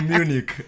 Munich